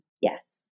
Yes